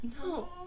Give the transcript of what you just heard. no